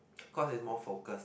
cause it's more focus lah